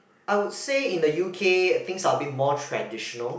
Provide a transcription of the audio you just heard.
I would say in the U_K things are a bit more traditional